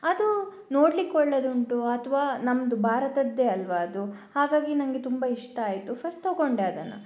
ಅದು ನೋಡ್ಲಿಕ್ಕೆ ಒಳ್ಳೆಯದುಂಟು ಅಥವಾ ನಮ್ಮದು ಭಾರತದ್ದೇ ಅಲ್ವ ಅದು ಹಾಗಾಗಿ ನನಗೆ ತುಂಬಾ ಇಷ್ಟ ಆಯಿತು ಫಸ್ಟ್ ತಗೊಂಡೆ ಅದನ್ನು